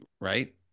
right